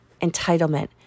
entitlement